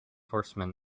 horsemen